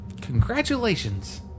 Congratulations